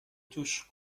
توش